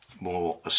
more